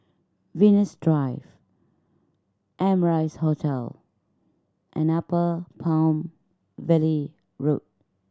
Venus Drive Amrise Hotel and Upper Palm Valley Road